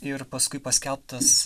ir paskui paskelbtas